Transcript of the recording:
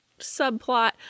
subplot